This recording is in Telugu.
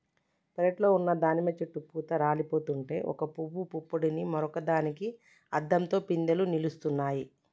పెరట్లో ఉన్న దానిమ్మ చెట్టు పూత రాలిపోతుంటే ఒక పూవు పుప్పొడిని మరొక దానికి అద్దంతో పిందెలు నిలుస్తున్నాయి